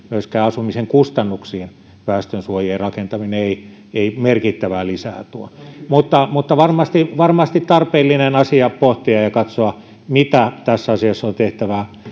myöskään asumisen kustannuksiin väestönsuojien rakentaminen ei ei merkittävää lisää tuo mutta mutta varmasti varmasti tarpeellinen asia on pohtia ja katsoa mitä tässä asiassa on